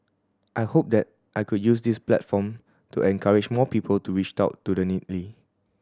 I hope that I could use this platform to encourage more people to reached out to the